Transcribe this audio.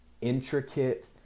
intricate